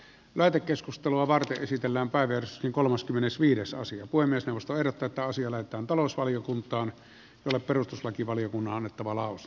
meillä keskustelua varten esitellään pääverson kolmaskymmenesviides asia voi myös nousta talousvaliokuntaan jolle perustuslakivaliokunnan on annettava lausunto